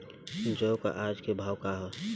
जौ क आज के भाव का ह?